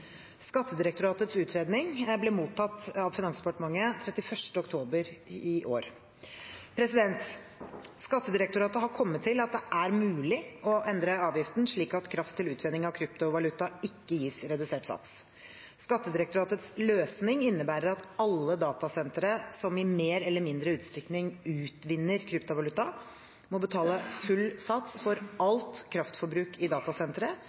Skattedirektoratets utredning ble mottatt av Finansdepartementet 31. oktober i år. Skattedirektoratet har kommet til at det er mulig å endre avgiften slik at kraft til utvinning av kryptovaluta ikke gis redusert sats. Skattedirektoratets «løsning» innebærer at alle datasentre som i større eller mindre utstrekning utvinner kryptovaluta, må betale full sats for alt kraftforbruk i datasenteret,